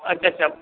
अच्छा अच्छा